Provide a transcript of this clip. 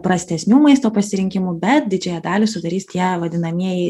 prastesnių maisto pasirinkimų bet didžiąją dalį sudarys tie vadinamieji